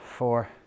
Four